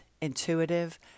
intuitive